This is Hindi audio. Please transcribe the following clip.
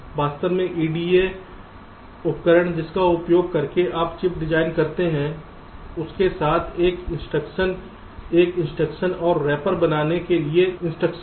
वास्तव में EDA उपकरण जिसका उपयोग करके आप चिप्स डिज़ाइन करते हैं उनके पास एक इंस्ट्रक्शन एक इंस्ट्रक्शन और रैपर बनाने के लिए निर्देश हैं